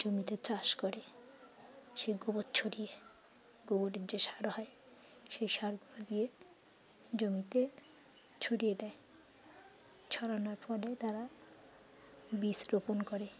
জমিতে চাষ করে সেই গোবর ছড়িয়ে গোবরের যে সার হয় সেই সারগুলো দিয়ে জমিতে ছড়িয়ে দেয় ছড়ানোর ফলে তারা বীজ রোপণ করে